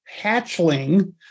hatchling